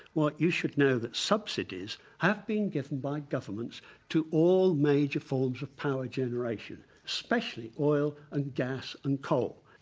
what you should know that subsidies have been given by governments to all major forms of power generation, especially oil and gas and coal.